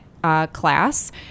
Class